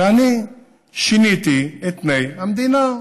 ואני שיניתי את פני המדינה.